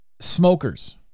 smokers